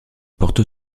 porte